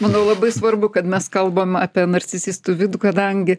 manau labai svarbu kad mes kalbam apie narcisistų vidų kadangi